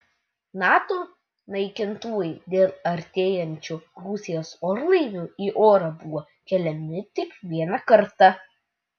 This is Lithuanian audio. nato naikintuvai dėl artėjančių rusijos orlaivių į orą buvo keliami tik vieną kartą